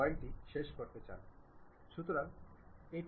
তো একবার হয়ে গেলে ওকে ক্লিক করুন